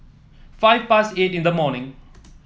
five past eight in the morning